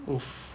!oof!